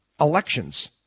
Elections